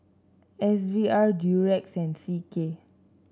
S V R Durex and C K